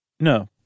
No